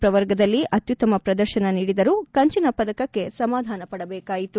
ಪ್ರವರ್ಗದಲ್ಲಿ ಅತ್ಯುತ್ತಮ ಪ್ರದರ್ಶನ ನೀಡಿದರೂ ಕಂಚಿನ ಪದಕಕ್ಕೆ ಸಮಾಧಾನ ಪಡಬೇಕಾಯಿತು